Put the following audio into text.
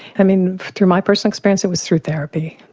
i mean through my personal experience it was through therapy.